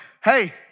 Hey